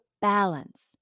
balance